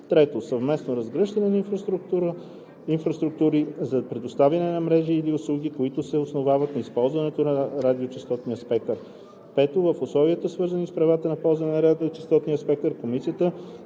3. съвместно разгръщане на инфраструктури за предоставяне на мрежи или услуги, които се основават на използването на радиочестотния спектър. (5) В условията, свързани с правата за ползване на радиочестотен спектър, комисията